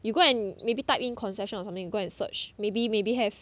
you go and maybe type in concession or something you go and search maybe maybe have